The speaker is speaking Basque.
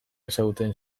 ezagutzen